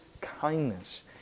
kindness